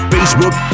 Facebook